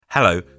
Hello